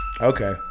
Okay